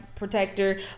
protector